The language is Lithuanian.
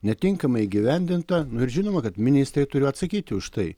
netinkamai įgyvendinta nu ir žinoma kad ministrė turi atsakyti už tai